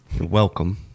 welcome